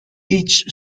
each